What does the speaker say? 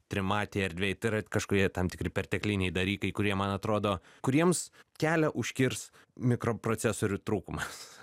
trimatėj erdvėj tad yra kažkurie tam tikri pertekliniai dalykai kurie man atrodo kuriems kelią užkirs mikroprocesorių trūkumas